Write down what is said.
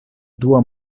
dua